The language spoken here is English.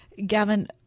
Gavin